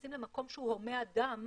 נכנסים למקום שהוא הומה אדם,